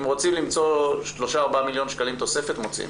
אם רוצים למצוא 3-4 מלש"ח תוספת, מוצאים.